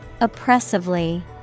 Oppressively